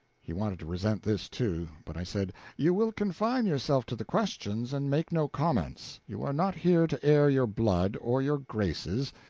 he wanted to resent this, too, but i said you will confine yourself to the questions, and make no comments. you are not here to air your blood or your graces,